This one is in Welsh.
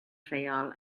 rheol